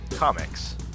Comics